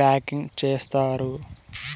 packing చేత్తారు